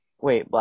Wait